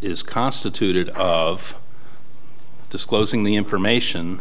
is constituted of disclosing the information